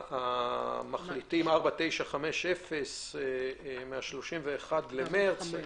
החלטה 4950 מה-31 במרץ,